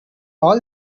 all